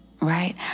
right